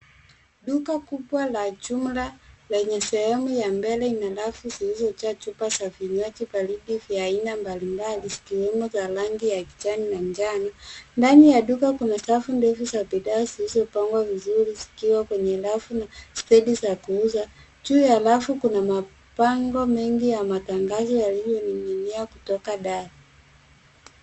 Duka kubwa la jumla lenye sehemu ya mbele ina rafu zilzojaa chupa za vinywaji baridi za aina mbalimbali zikiwemo za rangi ya kijani na manjano. Ndani ya duka kuna safu ndefu za bidhaa zilizopangwa vizuri zikiwa kwenye rafu na stedi za kuuza. Juu ya rafu kuna mabango mengi za matangazo yaliyong'ing'inia kutoka dari.